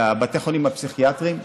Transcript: לבתי החולים הפסיכיאטריים,